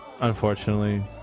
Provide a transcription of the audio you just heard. unfortunately